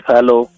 Hello